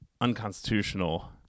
unconstitutional